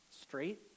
straight